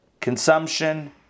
consumption